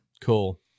Cool